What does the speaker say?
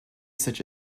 such